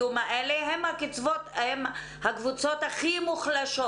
הקיום האלה הן הקבוצות הכי מוחלשות.